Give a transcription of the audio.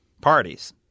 parties